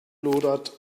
lodert